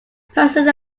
person